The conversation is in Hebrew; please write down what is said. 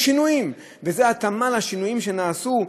יש שינויים, וזו התאמה לשינויים שנעשו.